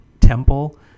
Temple